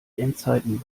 endzeiten